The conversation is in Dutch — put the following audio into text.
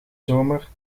zomer